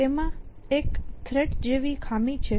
તેમાં એક થ્રેટ જેવી એક ખામી છે